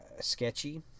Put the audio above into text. Sketchy